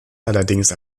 allerdings